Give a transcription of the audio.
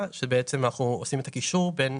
מציג?